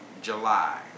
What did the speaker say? July